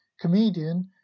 comedian